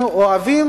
אנחנו אוהבים